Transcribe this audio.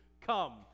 come